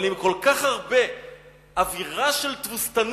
אבל עם כל כך הרבה אווירה של תבוסתנות,